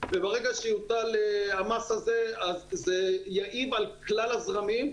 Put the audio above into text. וברגע שיוטל המס הזה זה יעיב על כלל הזרמים.